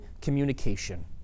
communication